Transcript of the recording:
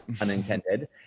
unintended